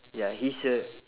ya he's a